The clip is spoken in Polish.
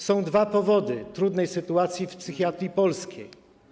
Są dwa powody trudnej sytuacji w psychiatrii polskiej.